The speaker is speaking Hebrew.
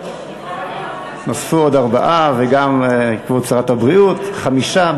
נוספו עוד ארבעה, וגם כבוד שרת הבריאות, חמישה.